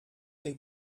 they